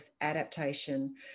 adaptation